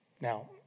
Now